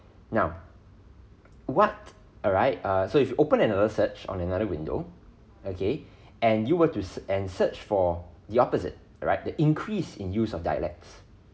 now what alright uh so if you open another search on another window okay and you were to se~ and search for the opposite right the increase in use of dialects